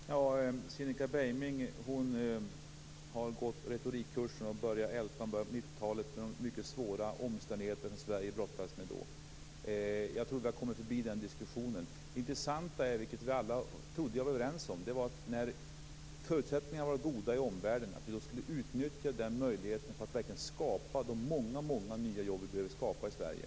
Fru talman! Cinnika Beiming har tydligen gått på retorikkurs. Hon ältar detta med början av 1990-talet och de mycket svåra omständigheter som Sverige då brottades med. Jag trodde att vi hade kommit förbi den diskussionen. Det intressanta är, vilket jag trodde att vi alla var överens om, att vi då, när förutsättningarna var goda i omvärlden, skulle utnyttja den möjligheten för att verkligen skapa de många nya jobb som behöver skapas i Sverige.